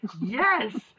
yes